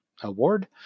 award